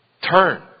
turn